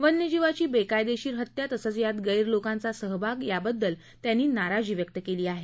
वन्य जीवाची बेकायदेशीर हत्या तसंच यात गैर लोकांचा सहभाग याबद्दल त्यांनी नाराजी व्यक्त केली आहे